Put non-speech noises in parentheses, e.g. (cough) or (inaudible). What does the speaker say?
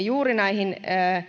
(unintelligible) juuri näihin